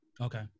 okay